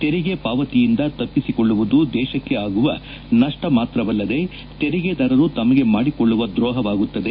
ತೆರಿಗೆ ಪಾವತಿಯಿಂದ ತಪ್ಪಿಸಿಕೊಳ್ಳುವುದು ದೇಶಕ್ಷೆ ಆಗುವ ನಷ್ಟ ಮಾತ್ರವಲ್ಲದೇ ತೆರಿಗೆದಾರರು ತಮಗೆ ಮಾಡಿಕೊಳ್ಳುವ ದ್ರೋಹವಾಗುತ್ತದೆ